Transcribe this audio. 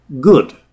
good